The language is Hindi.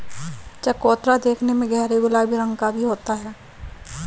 चकोतरा देखने में गहरे गुलाबी रंग का भी होता है